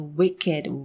wicked